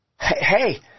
hey